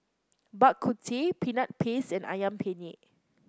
Bak Kut Teh Peanut Paste and ayam penyet